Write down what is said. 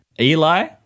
Eli